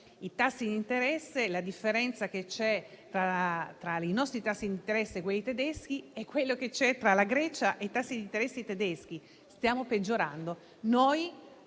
I tassi di interesse e la differenza che c'è tra i nostri tassi di interesse e quelli tedeschi e quella che c'è tra i tassi della Grecia e quelli tedeschi: stiamo peggiorando.